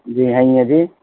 جی ہیں گے جی